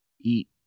eat